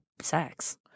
sex